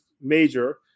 major